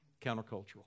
countercultural